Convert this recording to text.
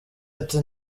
ati